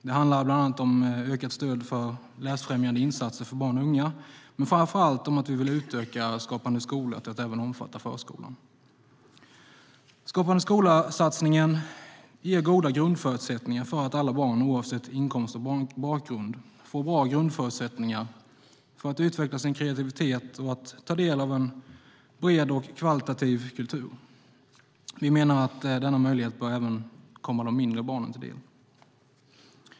Det handlar bland annat om ökat stöd till läsfrämjande insatser för barn och unga, men framför allt om att vi vill utöka Skapande skola till att även omfatta förskolan. Skapande skola-satsningen ger goda grundförutsättningar för att alla barn oavsett inkomst och bakgrund får bra grundförutsättningar att utveckla sin kreativitet och ta del av en bred kultur av god kvalitet. Vi menar att denna möjlighet även bör komma de mindre barnen till del.